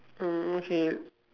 oh okay